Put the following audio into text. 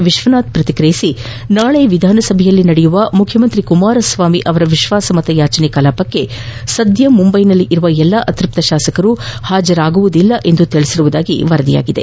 ವಿಶ್ವನಾಥ್ ಪ್ರತಿಕ್ರಯಿಸಿ ನಾಳೆ ವಿಧಾನಸಭೆಯಲ್ಲಿ ನಡೆಯುವ ಮುಖ್ಯಮಂತ್ರಿ ಕುಮಾರಸ್ವಾಮಿ ಅವರ ವಿಶ್ವಾಸಮತಯಾಚನೆ ಕಲಾಪಕ್ಕೆ ಸದ್ದ ಮುಂಬೈನಲ್ಲಿ ಇರುವ ಎಲ್ಲಾ ಅತ್ಯಪ್ತ ಶಾಸಕರು ಹಾಜರಾಗುವುದಿಲ್ಲ ಎಂದು ತಿಳಿಸಿರುವುದಾಗಿ ವರದಿಯಾಗಿದೆ